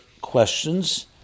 questions